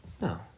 No